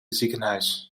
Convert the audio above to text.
ziekenhuis